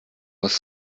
aus